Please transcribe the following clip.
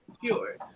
pure